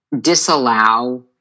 disallow